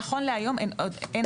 נכון להיום, עדיין אין עליו כסף.